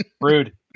Rude